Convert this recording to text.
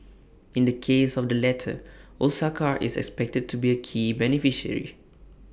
in the case of the latter Osaka is expected to be A key beneficiary